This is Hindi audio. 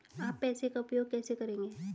आप पैसे का उपयोग कैसे करेंगे?